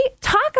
talk